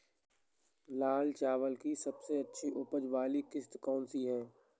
लाल चावल की सबसे अच्छी उपज वाली किश्त कौन सी है?